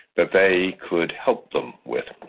that they could help them with.